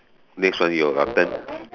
next one you've gotten